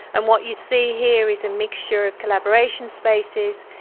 and what you see here is a mixture of collaboration spaces,